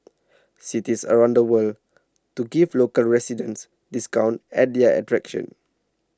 cities around the world to give local residents discounts at their attractions